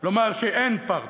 לומר שאין פרטנר.